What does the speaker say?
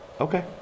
okay